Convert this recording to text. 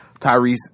Tyrese